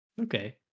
Okay